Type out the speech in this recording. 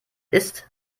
ist